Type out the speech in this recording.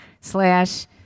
slash